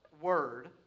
word